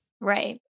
Right